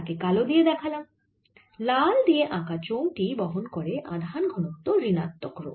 তাকে কালো দিয়ে দেখালাম লাল দিয়ে আঁকা চোঙ টি বহন করে আধান ঘনত্ব ঋণাত্মক রো